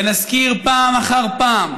ונזכיר פעם אחר פעם